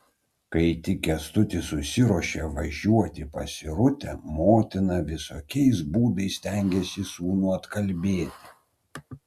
kai tik kęstutis susiruošė važiuoti pas irutę motina visokiais būdais stengėsi sūnų atkalbėti